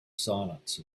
silence